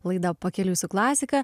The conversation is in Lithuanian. laida pakeliui su klasika